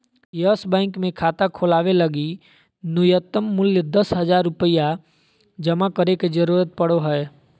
yes Bank मे खाता खोलवावे लगी नुय्तम मूल्य दस हज़ार रुपया जमा करे के जरूरत पड़ो हय